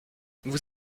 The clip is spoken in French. vous